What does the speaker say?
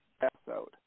episode